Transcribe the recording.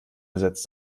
besetzt